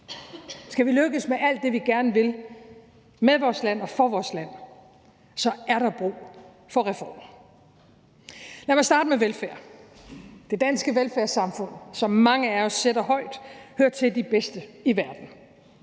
Skal vi lykkes med alt det, vi gerne vil med vores land og for vores land, er der brug for reformer. Lad mig starte med velfærd. Det danske velfærdssamfund, som mange af os sætter højt, hører til de bedste i verden,